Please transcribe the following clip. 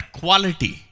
quality